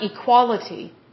equality